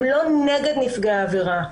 הם לא נגד נפגעי העבירה.